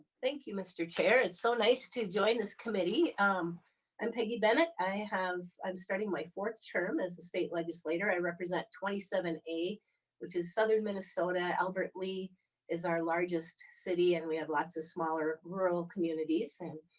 thank you mister chair, it's so nice to join us committee and peggy that i have i'm standing right fourth term as a state legislator, i represent twenty seven, which is southern minnesota albert lea is our largest city and we have lots of smaller rural communities, and